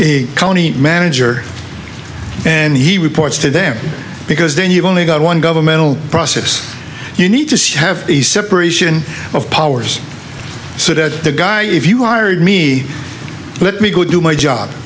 a county manager and he reports to them because then you've only got one governmental process you need to have a separation of powers so that the guy if you are me let me go do my job